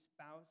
spouse